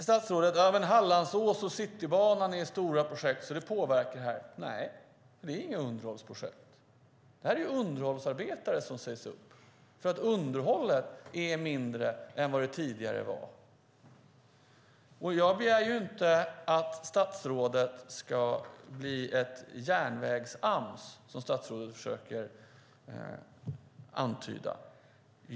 Statsrådet talar om Hallandsås och Citybanan som stora projekt som påverkar detta. Nej, de är inga underhållsprojekt. Det är underhållsarbetare som sägs upp för att underhållet är mindre än det var tidigare. Jag begär inte att statsrådet ska bli ett järnvägs-Ams, som statsrådet verkar vilja antyda.